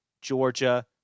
Georgia